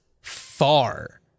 far